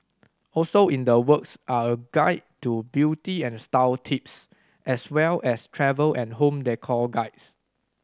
also in the works are a guide to beauty and style tips as well as travel and home decor guides